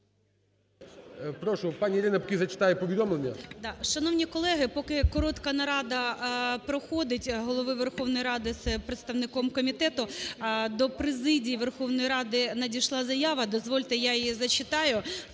Прошу, пані Ірина, зачитає повідомлення. 16:58:05 ГЕРАЩЕНКО І.В. Шановні колеги, поки коротка нарада проходить Голови Верховної Ради з представником комітету, до президії Верховної Ради надійшла заява, дозвольте я її зачитаю.